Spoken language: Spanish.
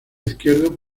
izquierdo